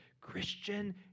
Christian